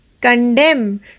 condemn